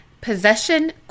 Possession